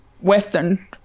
Western